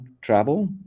travel